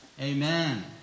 Amen